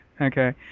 okay